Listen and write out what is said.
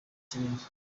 kirere